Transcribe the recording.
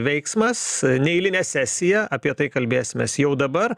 veiksmas neeilinė sesija apie tai kalbėsimės jau dabar